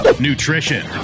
nutrition